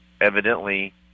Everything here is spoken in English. evidently